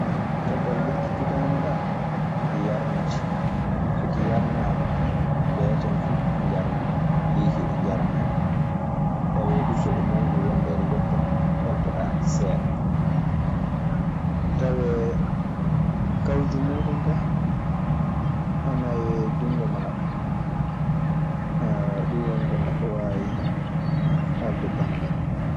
Caggal lekki tutaama kaa ki yarnete. So ki yarnaama beetee fu njarnaa ɗun kiikiiɗe njarnaa ɗun tawee du so ɗe mawnii won ɗo eɗe njettoo koltoɗaa ɗe seeɗa. Tawee kawju muuɗun kaa ana e juuɗe maaɗa. Ɗun woni ko neɗɗo waawi haalde banngal mun.